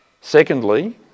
Secondly